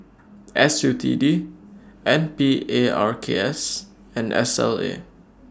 S U T D N P A R K S and S L A